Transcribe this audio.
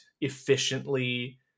efficiently